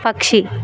పక్షి